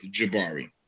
Jabari